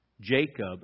Jacob